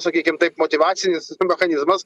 sakykim taip motyvacinis mechanizmas